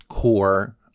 core